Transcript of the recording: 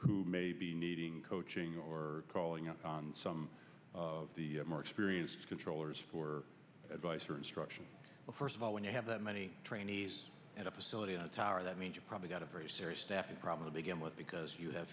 who may be needing coaching or calling up some of the more experienced controllers for advice or instruction first of all when you have that many trainees at a facility in a tower that means you've probably got a very serious staffing problem to begin with because you have